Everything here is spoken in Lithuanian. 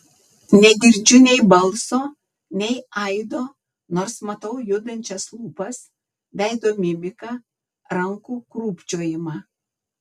negirdžiu nei balso nei aido nors matau judančias lūpas veido mimiką rankų krūpčiojimą